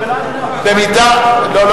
חבר